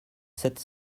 sept